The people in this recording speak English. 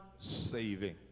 saving